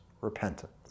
repentance